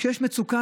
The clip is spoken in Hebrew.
כשיש מצוקה,